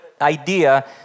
idea